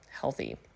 healthy